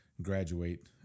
graduate